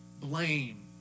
Blame